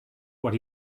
what